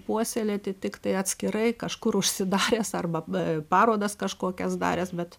puoselėti tiktai atskirai kažkur užsidaręs arba parodas kažkokias daręs bet